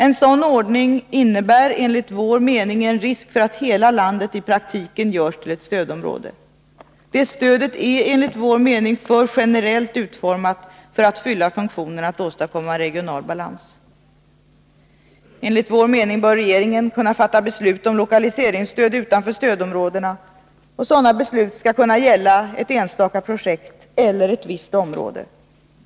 En sådan ordning innebär enligt vår mening en risk för att hela landet i praktiken görs till ett stödområde. Det stödet är enligt vår mening för generellt utformat för att fylla funktionen att åstadkomma regional balans. Enligt vår mening bör regeringen kunna fatta beslut om lokaliseringsstöd utanför stödområdena. Sådana beslut skall kunna gälla ett enstaka projekt eller ett visst område.